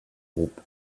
groupe